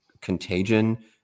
contagion